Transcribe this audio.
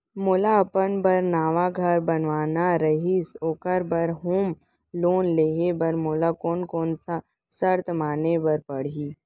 मोला अपन बर नवा घर बनवाना रहिस ओखर बर होम लोन लेहे बर मोला कोन कोन सा शर्त माने बर पड़ही?